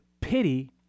pity